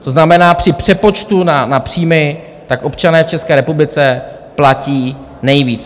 To znamená při přepočtu na příjmy občané v České republice platí nejvíc.